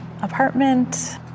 apartment